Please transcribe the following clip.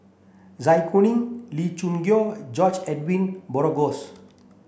Zai Kuning Lee Choo Neo George Edwin Bogaars